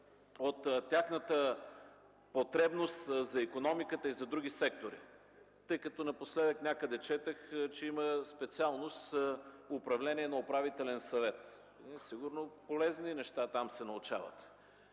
от тяхната потребност за икономиката и за други сектори, тъй като напоследък някъде четох, че има специалност „Управление на Управителен съвет”. Сигурно там се научават